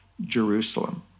Jerusalem